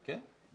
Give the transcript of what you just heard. כן.